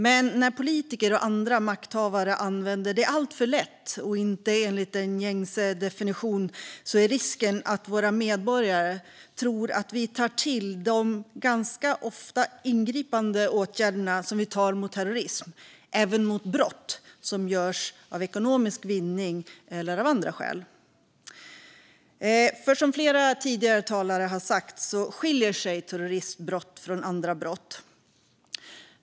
Men när politiker och andra makthavare använder det alltför lätt och inte enligt den gängse definitionen finns risken att våra medborgare tror att vi tar till de - ofta ganska ingripande - åtgärder som vi tar till mot terrorism även mot brott som görs för ekonomisk vinning eller av andra skäl. Som flera tidigare talare sagt skiljer sig terroristbrott från andra brott.